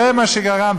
זה מה שגרם.